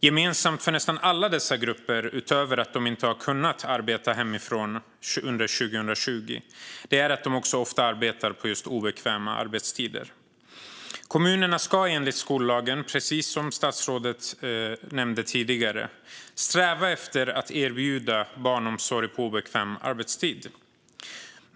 Gemensamt för nästan alla dessa grupper, utöver att de inte har kunnat arbeta hemifrån under 2020, är att de ofta arbetar just på obekväma arbetstider. Kommunerna ska enligt skollagen, precis som statsrådet nämnde, sträva efter att erbjuda barnomsorg på obekväm arbetstid.